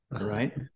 Right